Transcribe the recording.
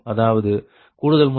அதாவது கூடுதல்முறை விலை CPg222